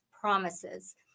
promises